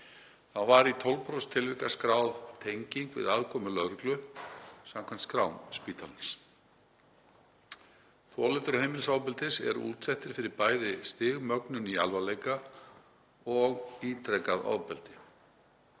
var í 12% tilvika skráð tenging við aðkomu lögreglu samkvæmt skrám spítalans. Þolendur heimilisofbeldis eru útsettir fyrir bæði stigmögnun í alvarleika og ítrekuðu ofbeldi.